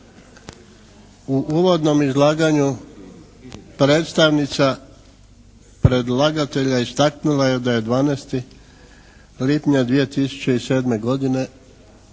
U uvodnom izlaganju predstavnica predlagatelja istaknula je da je 12. lipnja 2007. godine